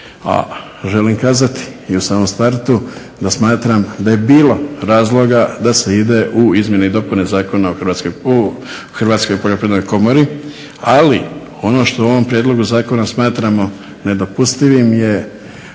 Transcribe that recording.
a želim kazati i u samom startu da smatram da je bilo razloga da se ide u izmjene i dopune Zakona o Hrvatskoj poljoprivrednoj komori ali ono što ovom prijedlogu zakona smatramo nedopustivim je